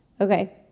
Okay